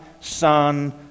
Son